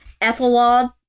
Ethelwald